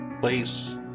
place